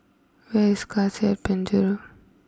where is Cassia and Penjuru